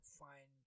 find